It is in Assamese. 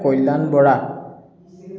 কল্যাণ বৰা